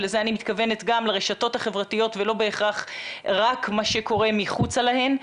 ולזה אני מתכוונת גם לרשתות החברתיות ולא בהכרח רק מה שקורה מחוצה להן,